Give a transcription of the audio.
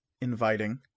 inviting